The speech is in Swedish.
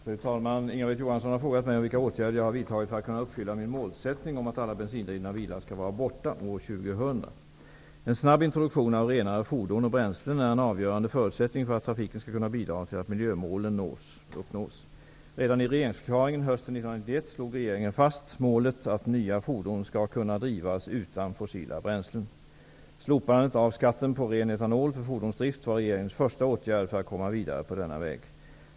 Fru talman! Inga-Britt Johansson har frågat mig om vilka åtgärder jag har vidtagit för att kunna uppfylla min målsättning om att alla bensindrivna bilar skall vara borta år 2000. En snabb introduktion av renare fordon och bränslen är en avgörande förutsättning för att trafiken skall kunna bidra till att miljömålen uppnås. Redan i regeringsförklaringen hösten 1991 slog regeringen fast målet att nya fordon skall kunna drivas utan fossila bränslen. Slopandet av skatten på ren etanol för fordonsdrift var regeringens första åtgärd för att komma vidare på denna väg.